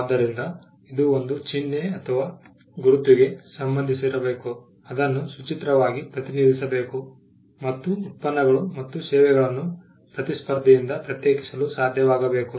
ಆದ್ದರಿಂದ ಇದು ಒಂದು ಚಿಹ್ನೆ ಅಥವಾ ಗುರುತುಗೆ ಸಂಬಂಧಿಸಿರಬೇಕು ಅದನ್ನು ಸಚಿತ್ರವಾಗಿ ಪ್ರತಿನಿಧಿಸಬೇಕು ಮತ್ತು ಉತ್ಪನ್ನಗಳು ಮತ್ತು ಸೇವೆಗಳನ್ನು ಪ್ರತಿಸ್ಪರ್ಧಿಯಿಂದ ಪ್ರತ್ಯೇಕಿಸಲು ಸಾಧ್ಯವಾಗಬೇಕು